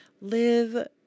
Live